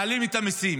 מעלים את המיסים.